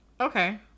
Okay